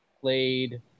played